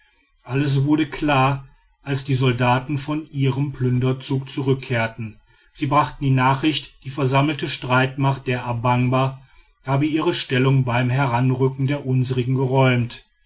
alles wurde klar als die soldaten von ihrem plünderzug zurückkehrten sie brachten die nachricht die versammelte streitmacht der a bangba habe ihre stellung beim heranrücken der unsrigen geräumt